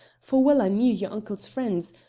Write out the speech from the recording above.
for well i knew your uncle's friends,